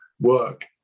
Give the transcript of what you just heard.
work